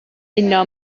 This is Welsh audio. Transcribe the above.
uno